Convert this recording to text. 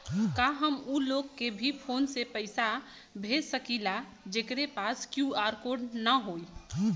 का हम ऊ लोग के भी फोन से पैसा भेज सकीला जेकरे पास क्यू.आर कोड न होई?